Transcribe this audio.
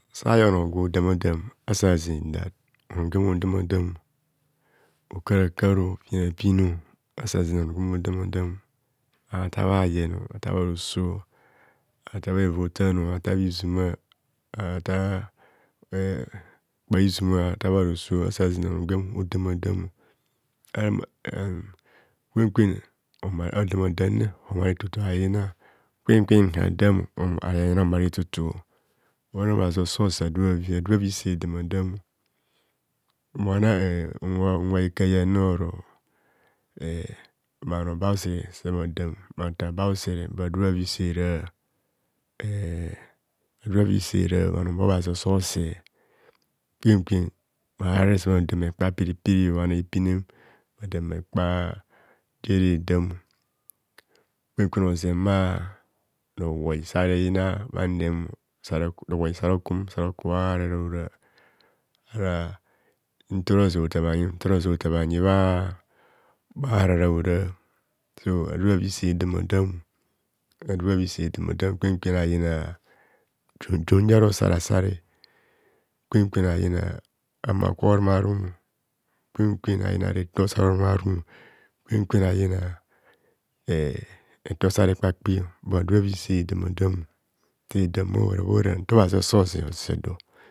Saye onor gwodama dam asa zen dat оnо gwem odama damo okarakaro, opinapino asazennor onogwe odama damo afar bha yeno atar bharoso atar bha he bhotano atar bhizuma atar bhabha kpaizuma afar bharoso asa zer da ono gwen odama damo em em kwen kwen ada madam omare etoto ayina gwen gwen adamo ayina yina homare etoto gwora obhazi mose ado bhavi adobhavi se dama damo mona ehm unwe ekaha iyane oro ehh bhano bausare bhadam bhata bausere adobhavise raa eeh ado bhavi sera bhanor ba obhazi oso sẹ kwen kwen bhahara rare sabhadamekpa piripirio ado bhano epine edam ekpa jere damo kwen kwen ozem bha rowoi sado eyina bha nnemo rown sarokum sare kubha harara hora ara ntoroze ota bhanyim ntoroze otar bhaharara hora so adobhavi se damadamo adobhavi se dam adamo kwen kwen ayina tun tun gwa rosara sare kwen kwen ayina hama kwa horummarumo kwen kwen ayina retor sare ruma rum kwen kwen ayina e e retor sa rekpakpio bur ado bhavi se dama damo sedam bhahora bhahora nta obhazi oso sedor.